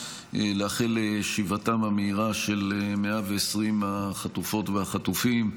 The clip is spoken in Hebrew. לאחל לשיבתם המהירה של 120 החטופות והחטופים,